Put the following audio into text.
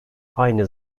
aynı